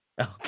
Okay